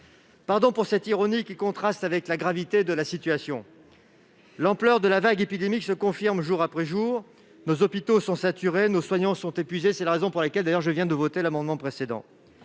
Pardon pour cette ironie qui contraste avec la gravité de la situation ... L'ampleur de la vague épidémique se confirme jour après jour, nos hôpitaux sont saturés, nos soignants sont épuisés. C'est d'ailleurs la raison pour laquelle je viens de voter l'amendement n°